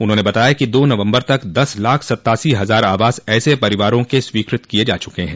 उन्होंने बताया कि दो नवम्बर तक दस लाख सत्तासी हजार आवास ऐसे परिवारों के स्वीकृत किए जा चुके हैं